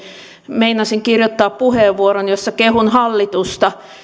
meinasin kirjoittaa puheenvuoron jossa kehun hallitusta